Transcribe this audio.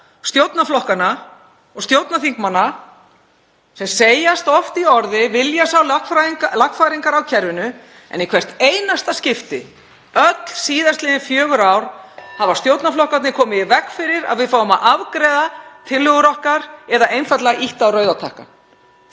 stjórnarflokkanna og stjórnarþingmanna sem segjast oft í orði vilja sjá lagfæringar á kerfinu en í hvert einasta skipti öll síðastliðin fjögur ár (Forseti hringir.) hafa stjórnarflokkarnir komið í veg fyrir að við fáum að afgreiða tillögur okkar eða einfaldlega ýtt á rauða takkann.